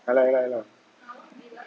ya lah ya lah ya lah